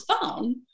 phone